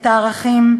את הערכים,